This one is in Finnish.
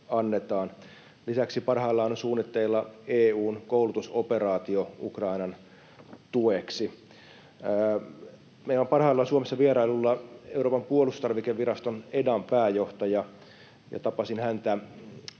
Lisäksi parhaillaan on suunnitteilla EU:n koulutusoperaatio Ukrainan tueksi. Meillä on parhaillaan Suomessa vierailulla Euroopan puolustustarvikevirasto EDAn pääjohtaja, ja tapasin häntä